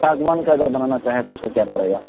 ساگوان کا اگر بنانا چاہیں تو اس کا کیا پڑے گا